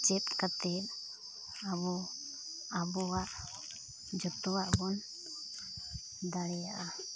ᱪᱮᱫ ᱠᱟᱛᱮᱫ ᱟᱵᱚ ᱟᱵᱚᱣᱟᱜ ᱡᱚᱛᱚᱣᱟᱜᱵᱚᱱ ᱫᱟᱲᱮᱭᱟᱜᱼᱟ